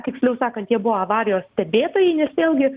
tiksliau sakant jie buvo avarijos stebėtojai nes vėlgi